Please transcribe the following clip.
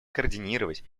координировать